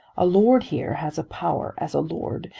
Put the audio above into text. a lord here has a power, as a lord,